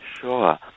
sure